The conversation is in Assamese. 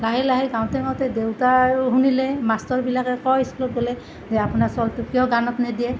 লাহে লাহে গাওঁতে গাওঁতে দেউতায়েও শুনিলে মাষ্টৰবিলাকে কয় স্কুলত গ'লে যে আপোনাৰ ছোৱালীটোক কিয় গানত নিদিয়ে